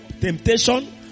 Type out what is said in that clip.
temptation